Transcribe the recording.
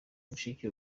mushiki